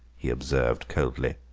he observed coldly,